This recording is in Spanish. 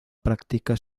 práctica